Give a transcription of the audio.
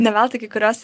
ne veltui kai kurios